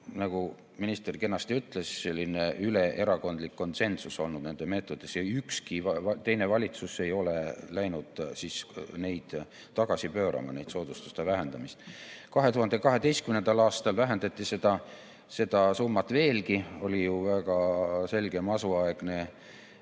nagu minister kenasti ütles, selline üleerakondlik konsensus selle meetodiga. Ükski teine valitsus ei ole läinud tagasi pöörama neid soodustuste vähendamisi. 2012. aastal vähendati seda summat veelgi. Eelarves oli ju väga selge masuaegne